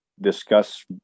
discuss